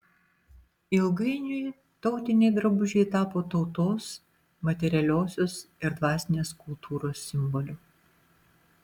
ilgainiui tautiniai drabužiai tapo tautos materialiosios ir dvasinės kultūros simboliu